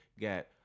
got